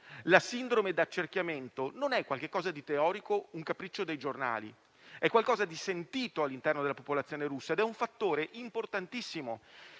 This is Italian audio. La sindrome di accerchiamento non è qualcosa di teorico o un capriccio dei giornali, ma è qualcosa di sentito all'interno della popolazione russa. Ed è un fattore importantissimo,